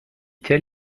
tel